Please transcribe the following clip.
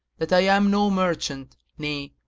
that i am no merchant, nay,